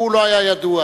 הוא לא היה ידוע.